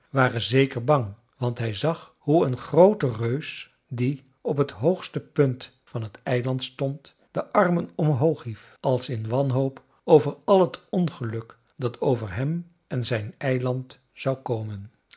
waren zeker bang want hij zag hoe een groote reus die op het hoogste punt van het eiland stond de armen omhoog hief als in wanhoop over al het ongeluk dat over hem en zijn eiland zou komen